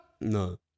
No